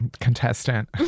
contestant